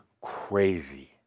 crazy